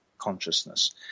consciousness